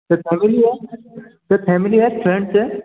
sir family है sir family है friends है